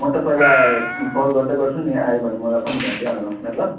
म तपाईँलाई कल गर्दै गर्छु नि आयो भने मलाई पनि भनिदिइहाल्नुहोस न ल